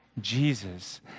Jesus